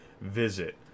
Visit